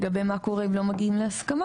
לגבי מה קורה אם לא מגיעים להסכמה?